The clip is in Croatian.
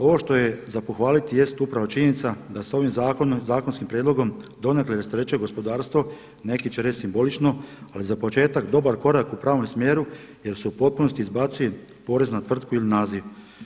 Ovo što je za pohvaliti jest upravo činjenica da s ovim zakonskim prijedlogom donekle se rasterećuje gospodarstvo, neki će reći simbolično, ali za početak dobar korak u pravom smjeru jer se u potpunosti izbacuje porez na tvrtku ili naziv.